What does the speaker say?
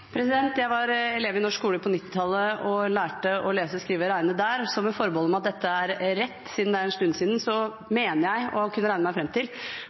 Jeg var elev i norsk skole på 1990-tallet og lærte å lese, skrive og regne der, så med forbehold om at dette er rett, siden det er en stund siden, mener jeg å kunne regne meg fram til